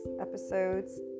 Episodes